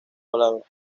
palabras